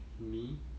me